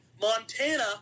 Montana